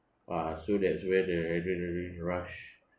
!wah! so that's where the adrenaline rush